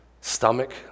stomach